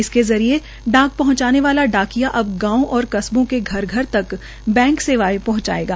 इसके जरिये डाक पहुंचाने वाला डाकिया अब गांव और कस्बों के घर घर तक बैंक सेवाएं पहंचाएगा